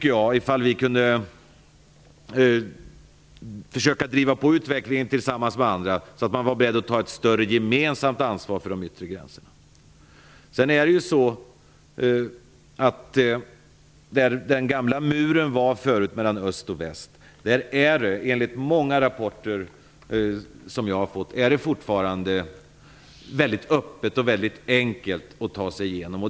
Det vore bra om vi kunde försöka driva på utvecklingen tillsammans med andra länder, så att man var beredd att ta ett större gemensamt ansvar för de yttre gränserna. Där den gamla muren tidigare gick mellan öst och väst är det enligt många rapporter fortfarande väldigt öppet och enkelt att ta sig igenom.